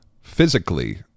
physically